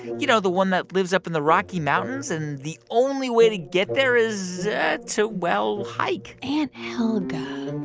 you know, the one that lives up in the rocky mountains? and the only way to get there is to, well, hike aunt helga.